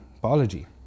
biology